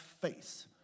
face